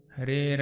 Hare